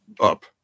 up